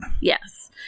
Yes